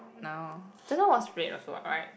now just now was red also [what] right